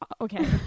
Okay